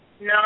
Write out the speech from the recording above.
No